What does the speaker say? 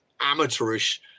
amateurish